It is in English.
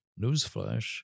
newsflash